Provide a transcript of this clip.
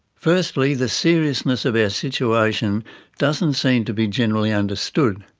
firstly, the seriousness of our situation doesn't seem to be generally understood.